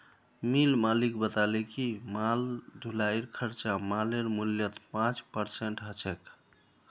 मिल मालिक बताले कि माल ढुलाईर खर्चा मालेर मूल्यत पाँच परसेंट ह छेक